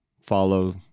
follow